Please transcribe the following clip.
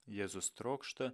jėzus trokšta